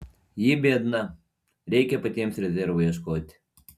ji biedna reikia patiems rezervų ieškoti